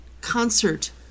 concert